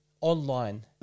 online